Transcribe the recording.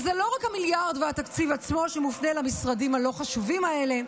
זה לא רק המיליארד והתקציב עצמו שמופנה למשרדים הלא-חשובים האלה,